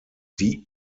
die